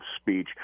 speech